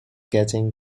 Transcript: getting